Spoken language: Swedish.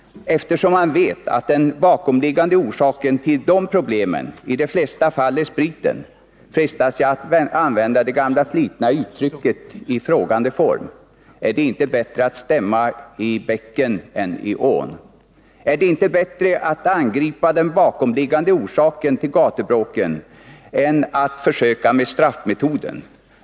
Eftersom man vet att den bakomliggande orsaken till dessa problem i de flesta fall är spriten, frestas jag att använda det gamla slitna uttrycket i frågande form: Är det inte bättre att stämma i bäcken än i ån? Är det inte bättre att angripa den bakomliggande orsaken till gatubråken än att försöka med straffmetoden?